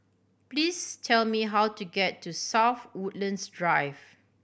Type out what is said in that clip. please tell me how to get to South Woodlands Drive